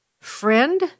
friend